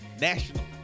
National